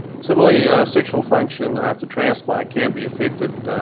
similarly, sexual function after transplant can be affected.